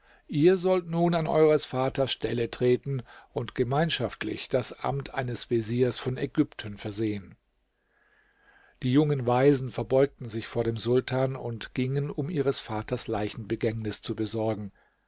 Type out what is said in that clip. ihr sollt nun an eures vaters stelle treten und gemeinschaftlich das amt eines veziers von ägypten versehen die jungen waisen verbeugten sich vor dem sultan und gingen um ihres vaters leichenbegängnis zu besorgen